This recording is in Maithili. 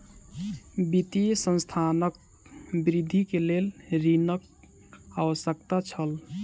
वित्तीय संस्थानक वृद्धि के लेल ऋणक आवश्यकता छल